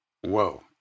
whoa